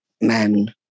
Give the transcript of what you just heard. men